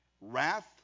wrath